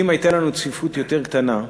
אם הייתה לנו צפיפות יותר קטנה,